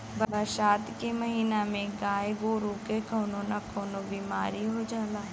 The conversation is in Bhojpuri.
बरसात के महिना में गाय गोरु के कउनो न कउनो बिमारी हो जाला